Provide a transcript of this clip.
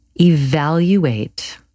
evaluate